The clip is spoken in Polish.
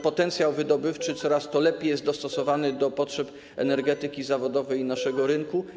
Potencjał wydobywczy coraz to lepiej jest dostosowany do potrzeb energetyki zawodowej i naszego rynku.